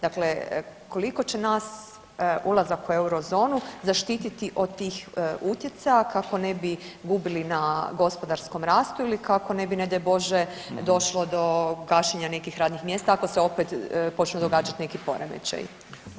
Dakle, koliko će nas ulazak u Eurozonu zaštiti od tih utjecaja kako ne bi gubili na gospodarskom rastu ili kako ne bi ne daj Bože došlo do gašenja nekih radnih mjesta ako se opet počnu događati neki poremećaji.